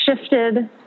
shifted